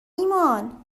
ایمان